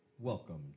Welcome